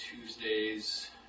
Tuesdays